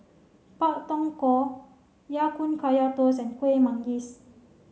Pak Thong Ko Ya Kun Kaya Toast and Kueh Manggis